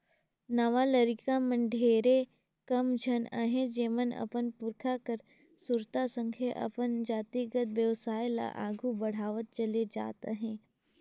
नावा लरिका मन में ढेरे कम झन अहें जेमन अपन पुरखा कर सुरता संघे अपन जातिगत बेवसाय ल आघु बढ़ावत चले जात अहें